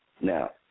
Now